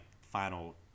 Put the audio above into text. final